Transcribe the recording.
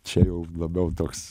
čia jau labiau toks